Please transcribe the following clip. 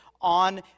on